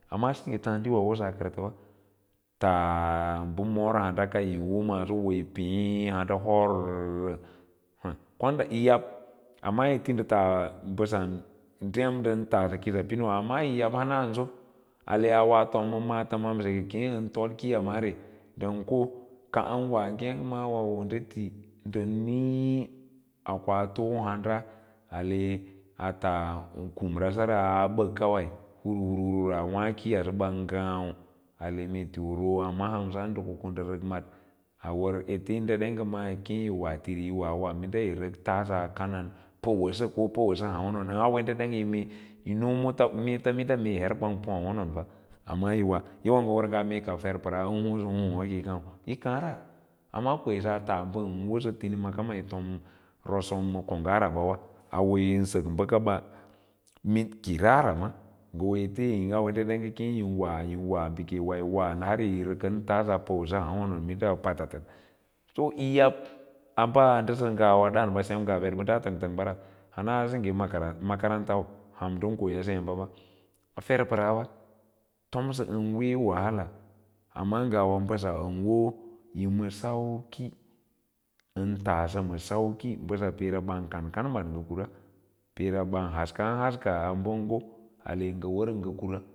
Amma sengya taardiwa wosea kartana tas ba mor handa ka yn womaaso wo yi pee nand horra, konda yi yab ai yi te nantas mbasa dem ndan tasa kusa pin amma yiyab kanamjo baa wo ma maatamsa ke keen tod kiiya maare tan ko ban wa ngek ma wa wo a nda tin dan nii a koa too handa task um sara a bak kawai hir hur hur a was kiyada ba ga’au ale mee ro a maa hamsan ku nda rak ad a war ete a dara maamaa minda yi wa tiri minda yira tass puwasa puwasa ahaa wanon au dedangga mad i no meet u monda ah ai wonon mad amna yai way ee ee ka ngan war ngaa fer arau an hoosan hoo kai kaau yi raara ammao kwesaa rasm ban wosa ma ainimaks yiwo rosomma kong rabawa awoin sak bakaba kira ara ma nga hoo eten da awwe dedengga nga hoo yen wa. yin wa bakeka har woyi rakan yi rak tass puwass aha wono minda palatan to yiyab a baa nsa sa ngaa ngawawa sem nga betbada tang tang war a, hana a semgge makarantu, makaranrtd han ndan koyasa embabas a fer parawa tomsa an wee wahala amma ngwa mbasan an wo yi ma sanki an taasa ma sauki basa peera bau kankan mad nga kura peera ban haskan haska a wara bongo.